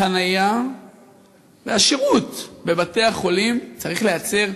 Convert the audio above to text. החניה והשירות בבתי-החולים צריך להיעצר,